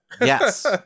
Yes